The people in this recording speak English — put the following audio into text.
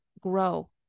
grow